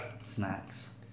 Snacks